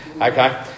Okay